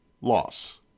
Loss